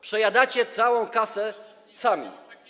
Przejadacie całą kasę sami.